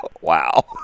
Wow